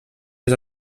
les